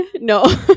No